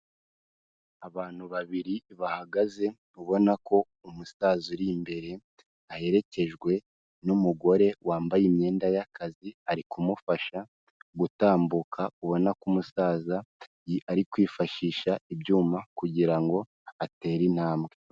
Abantu babiri bahagaze ubona ko umusaza uri imbere aherekejwe n'umugore wambaye imyenda y'akazi, ari kumufasha gutambuka, ubona ko musaza ari kwifashisha ibyuma kugira ngo atere intambwe.